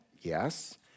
yes